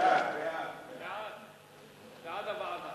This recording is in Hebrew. ההצעה להעביר